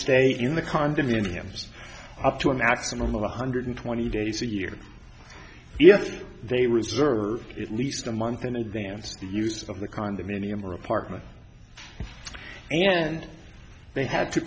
stay in the condominiums up to a maximum of one hundred twenty days a year yet they reserved at least a month in advance the use of the condominium or apartment and they had to